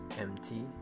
empty